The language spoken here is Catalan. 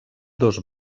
dos